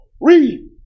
Read